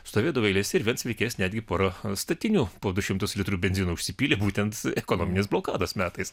stovėdavo eilėse ir retsykiais netgi pora statinių po du šimtus litrų benzino apsipylė būtent ekonominės blokados metais